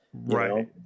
Right